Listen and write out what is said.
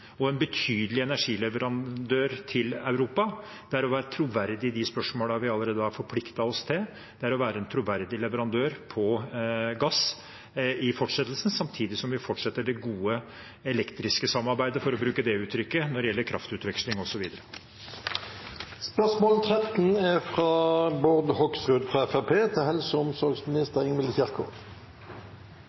og en betydelig energileverandør til Europa, er å være troverdig i de spørsmålene vi allerede har forpliktet oss til. Det er å være en troverdig leverandør av gass i fortsettelsen, samtidig som vi fortsetter det gode elektriske samarbeidet, for å bruke det uttrykket, når det gjelder kraftutveksling osv. «I mai 2021 valgte et enstemmig storting å slutte seg til